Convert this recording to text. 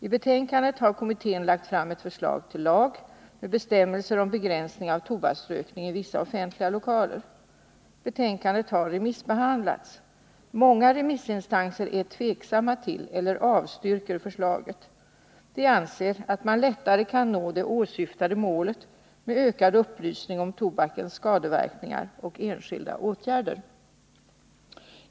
I betänkandet har kommittén lagt fram ett förslag till lag med bestämmelser om begränsning av tobaksrökning i vissa offentliga lokaler. Betänkandet har remissbehandlats. Många remissinstanser är tveksamma till eller avstyrker förslaget. De anser att man lättare kan nå det åsyftade målet med ökad upplysning om tobakens skadeverkningar och enskilda åtgärder.